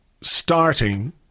starting